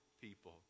people